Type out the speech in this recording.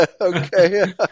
Okay